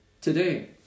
today